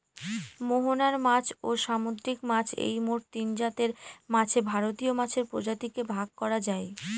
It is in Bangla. মোহনার মাছ, ও সামুদ্রিক মাছ এই মোট তিনজাতের মাছে ভারতীয় মাছের প্রজাতিকে ভাগ করা যায়